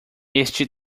este